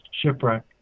shipwreck